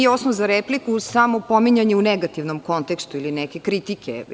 Nije osnov za repliku samo pominjanje u negativnom kontekstu ili neke kritike.